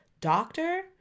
doctor